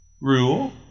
rule